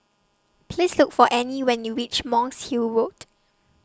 Please Look For Anie when YOU REACH Monk's Hill Road